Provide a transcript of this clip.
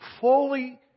fully